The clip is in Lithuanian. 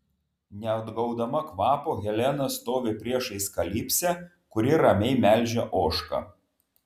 neatgaudama kvapo helena stovi priešais kalipsę kuri ramiai melžia ožką